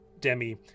demi